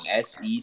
SEC